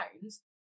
phones